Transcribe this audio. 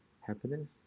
happiness